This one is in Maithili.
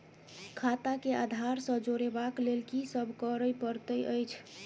खाता केँ आधार सँ जोड़ेबाक लेल की सब करै पड़तै अछि?